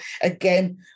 again